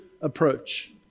approach